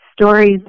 stories